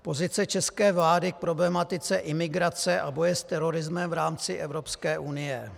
Pozice české vlády k problematice imigrace a boje s terorismem v rámci Evropské unie.